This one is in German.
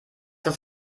das